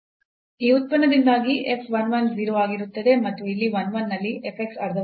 ಆ ಉತ್ಪನ್ನದಿಂದಾಗಿ f 1 1 0 ಆಗಿರುತ್ತದೆ ಮತ್ತು ಇಲ್ಲಿ 1 1 ನಲ್ಲಿ f x ಅರ್ಧವಾಗಿತ್ತು